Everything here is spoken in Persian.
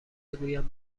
بگویم